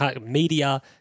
media